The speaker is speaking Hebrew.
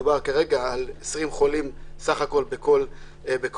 מדובר כרגע על 20 חולים בסך הכול בכל טבריה,